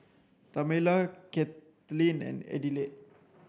Tamela Katlin and Adelaide